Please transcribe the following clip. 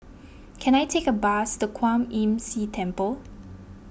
can I take a bus to Kwan Imm See Temple